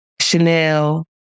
Chanel